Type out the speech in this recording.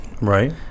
right